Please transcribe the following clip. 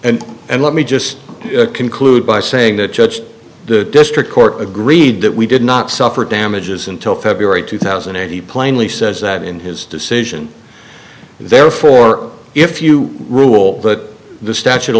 and and let me just conclude by saying that judged the district court agreed that we did not suffer damages until february two thousand and eight he plainly says that in his decision therefore if you rule but the statute of